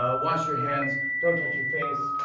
ah wash your hands. don't touch your face.